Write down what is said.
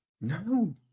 no